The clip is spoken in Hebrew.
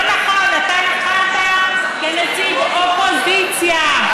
לא נכון, אתה נבחרת כנציג אופוזיציה.